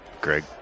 Greg